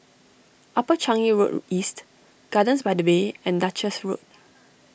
Upper Changi Road East Gardens by the Bay and Duchess Road